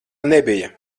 nebija